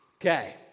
Okay